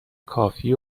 کافی